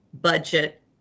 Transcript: budget